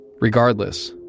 Regardless